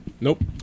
nope